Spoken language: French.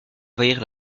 envahir